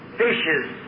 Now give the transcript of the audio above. fishes